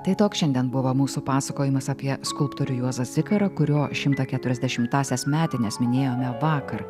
tai toks šiandien buvo mūsų pasakojimas apie skulptorių juozą zikarą kurio šimtą keturiasdešimtąsias metines minėjome vakar